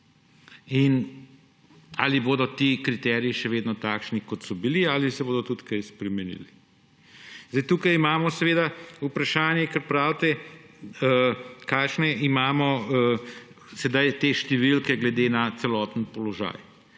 ali bodo ti kriteriji še vedno takšni, kot so bili, ali se bodo tudi kaj spremenili. Tukaj imamo vprašanje, kjer pravite, kakšne imamo sedaj te številke glede na celotni položaj.